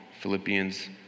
Philippians